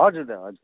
हजुर दा हजुर